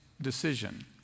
decision